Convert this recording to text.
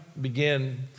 begin